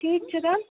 ठीक छै तहन